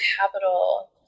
capital